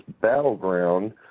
battleground